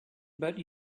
but